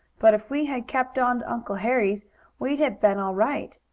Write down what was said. but if we had kept on to uncle henry's we'd have been all right.